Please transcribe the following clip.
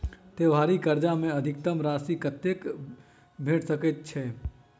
त्योहारी कर्जा मे अधिकतम राशि कत्ते भेट सकय छई?